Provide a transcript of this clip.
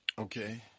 Okay